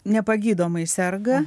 nepagydomai serga